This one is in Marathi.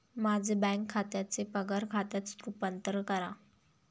माझे बँक खात्याचे पगार खात्यात रूपांतर करा